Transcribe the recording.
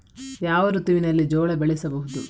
ಯಾವ ಋತುವಿನಲ್ಲಿ ಜೋಳ ಬೆಳೆಸಬಹುದು?